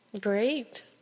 great